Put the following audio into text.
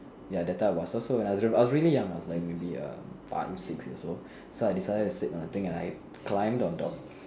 ya that type of bus so when I was I was really young I was like maybe err five six years old so I decided to sit on the thing and I climbed on top